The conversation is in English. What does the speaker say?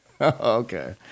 Okay